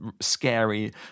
scary